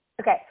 Okay